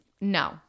No